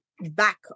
back